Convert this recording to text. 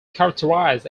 characterized